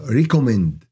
recommend